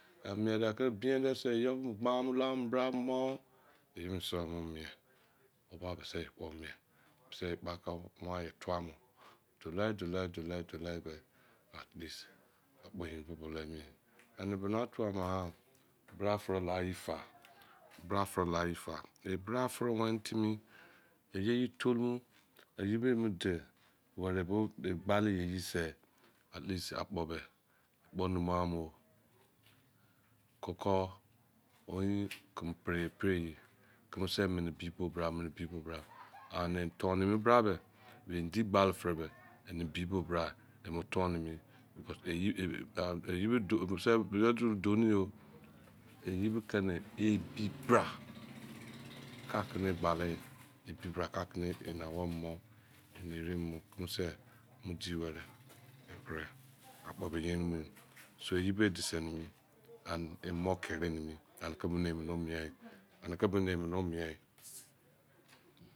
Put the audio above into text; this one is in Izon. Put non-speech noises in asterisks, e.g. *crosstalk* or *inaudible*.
A mien de ke bien ne se yo gba mo l bra mo iye bo se o mu mien eba se kpo mien o se kpka wan ye tuwa nw dule, dule, dule be at leas ekpo ye ke bolou emi. Ane bona otu ama? Bra fere laye fa, *noise* bra fere laye fa, i bra fere wene timi iye, ye tolume, iye bo imo dẹ ware bo egbale yerin se at least akpo me kpo numughan koko oyein *noise* keme preye preye, keme se mene be bo bra be bo bra *noise* am ton ne me bra me mdi gbale fere me ane bi bo bra emo ton nimi iye bo kene ebi bra *noise* ka keme gbale me ne ebi bra ka ene owomo, ene ere mo, keme se mo dí were *noise* akpo me yerin so ye bo edese mene an emo kere mene anodo eme do mien *noise*